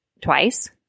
twice